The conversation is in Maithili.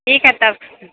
ठीक है तब